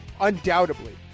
Undoubtedly